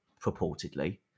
purportedly